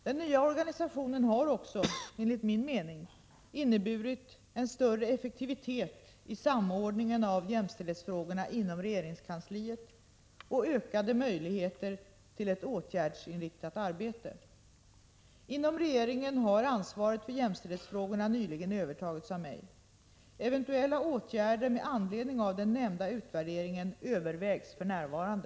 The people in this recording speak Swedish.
Den nya organisationen har också, enligt min mening, inneburit en större effektivitet i samordningen av jämställdhetsfrågorna inom regeringskansliet och ökade möjligheter till ett åtgärdsinriktat arbete. Inom regeringen har ansvaret för jämställdhetsfrågorna nyligen övertagits av mig. Eventuella åtgärder med anledning av den nämnda utvärderingen övervägs för närvarande.